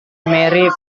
mary